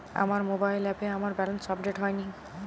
আমার মোবাইল অ্যাপে আমার ব্যালেন্স আপডেট হয়নি